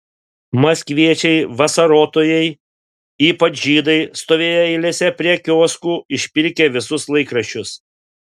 maskviečiai vasarotojai ypač žydai stovėję eilėse prie kioskų išpirkę visus laikraščius